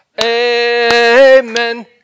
Amen